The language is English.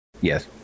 Yes